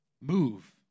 Move